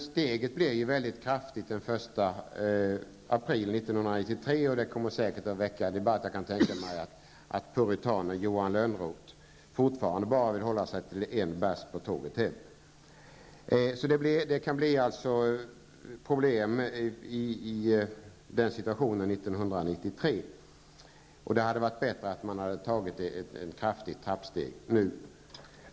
Steget blir dock mycket kraftigt den 1 april 1993, vilket säkert kommer att väcka debatt. Jag kan tänka mig att puritanen Johan Lönnroth fortfarande vill hålla sig till bara en öl på tåget hem. Det kan bli problem i den situation som uppstår 1993. Det hade varit bättre, om man redan nu hade tagit ett stort steg.